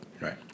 Right